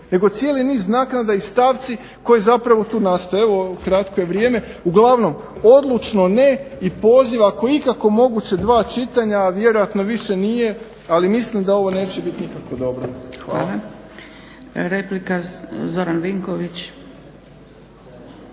nego cijeli niz naknada i stavci koji zapravo tu nastoje. Evo kratko je vrijeme. Uglavnom odlučno ne i poziv ako je ikako moguće dva čitanja a vjerojatno više nije, ali mislim da ovo neće biti nikako dobro. Hvala. **Zgrebec,